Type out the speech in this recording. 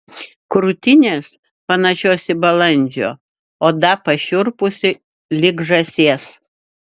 krūtinės panašios į balandžio oda pašiurpusi lyg žąsies